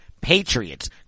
Patriots